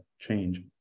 change